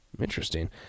Interesting